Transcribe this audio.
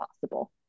possible